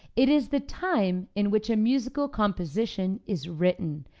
it is the time in which a musical composition is written,